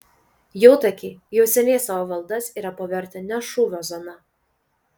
jautakiai jau seniai savo valdas yra pavertę ne šūvio zona